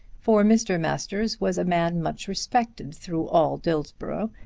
for mr. masters was a man much respected through all dillsborough,